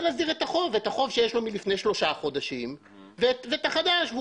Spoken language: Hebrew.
את החוב שיש לו מלפני שלושה חודשים וכן את החוב החדש.